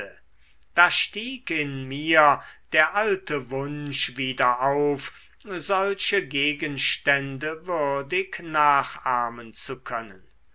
da stieg in mir der alte wunsch wieder auf solche gegenstände würdig nachahmen zu können